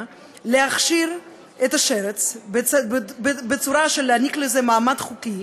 להכשיר את השרץ בצורה של להעניק לזה מעמד חוקי,